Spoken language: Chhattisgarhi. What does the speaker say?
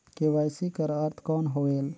के.वाई.सी कर अर्थ कौन होएल?